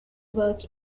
work